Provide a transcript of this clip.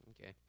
okay